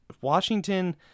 Washington